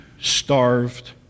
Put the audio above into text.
starved